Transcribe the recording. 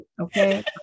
Okay